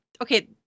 okay